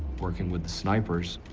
working with the snipers,